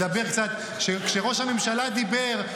כשראש הממשלה דיבר,